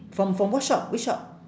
from from what shop which shop